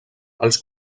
els